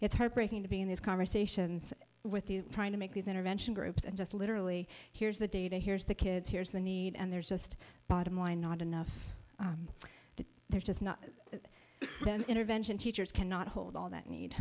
it's heartbreaking to be in these conversations with you trying to make these intervention groups and just literally here's the data here's the kids here's the need and there's just bottom line not enough that there's just not intervention teachers cannot hold all that need